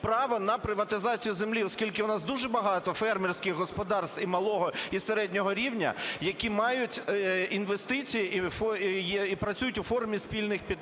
право на приватизацію землі, оскільки у нас дуже багато фермерських господарств і малого, і середнього рівня, які мають інвестиції і працюють у формі спільних підприємств.